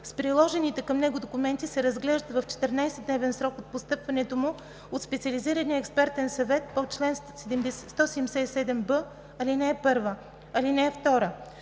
с приложените към него документи се разглежда в 14-дневен срок от постъпването му от Специализирания експертен съвет по чл. 177б, ал. 1.